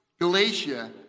Galatia